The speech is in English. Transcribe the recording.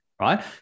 right